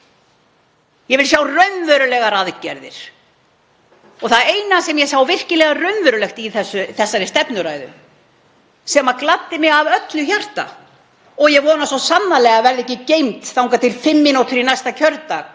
Ég vil sjá raunverulegar aðgerðir. Það eina sem ég sá virkilega raunverulegt í þessari stefnuræðu — sem gladdi mig af öllu hjarta og ég vona svo sannarlega að verði ekki geymt þangað til 5 mínútur í næsta kjördag,